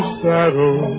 saddle